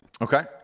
okay